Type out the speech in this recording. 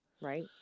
Right